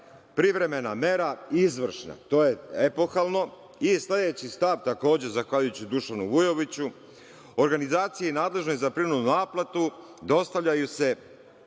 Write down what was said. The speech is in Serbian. privremena mera izvršna. To je epohalno. Sledeći stav, takođe, zahvaljujući Dušanu Vujoviću – organizaciji nadležnoj za prinudnu naplatu dostavlja se